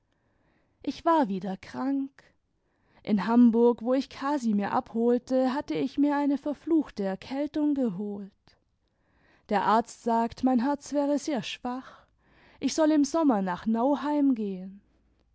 ich war wieder krank in hamburg wo ich casimir abholte hatte ich mir eine verfluchte erkältung geholt der arzt sagt mein herz wäre sehr schwach ich soll im sommer nach nauheim gehen